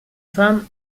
fam